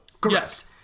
Correct